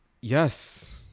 Yes